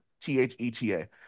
T-H-E-T-A